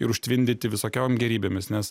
ir užtvindyti visokiom gėrybėmis nes